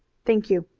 thank you.